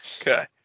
Okay